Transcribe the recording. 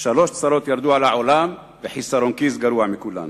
"שלוש צרות ירדו על העולם וחסרון כיס גרוע מכולן".